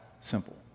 simple